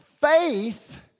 Faith